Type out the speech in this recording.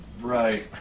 Right